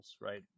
right